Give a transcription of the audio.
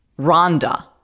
Rhonda